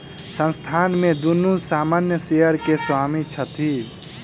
संस्थान में दुनू सामान्य शेयर के स्वामी छथि